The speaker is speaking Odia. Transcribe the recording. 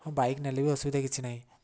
ହଁ ବାଇକ୍ ନେଲେ ବି ଅସୁବିଧା କିଛି ନାହିଁ